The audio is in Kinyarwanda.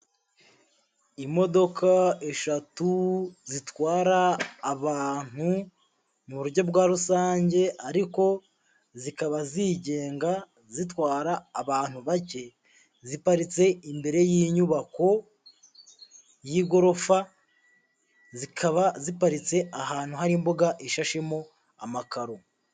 Imodoka eshatu, zitwara abantu, mu buryo bwa rusange ,ariko, zikaba zigenga, zitwara abantu bake, ziparitse imbere y'inyubako, y'igorofa , zikaba ziparitse ahantu hariimbuga ishashemo amakaro.